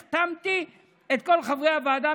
החתמתי את כל חברי הוועדה,